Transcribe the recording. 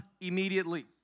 immediately